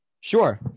Sure